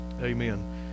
amen